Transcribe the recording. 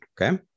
Okay